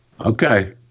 Okay